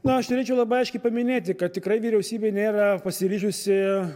na aš norėčiau labai aiškiai paminėti kad tikrai vyriausybė nėra pasiryžusi